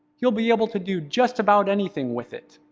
you'll be able to do just about anything with it.